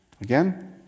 again